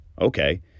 Okay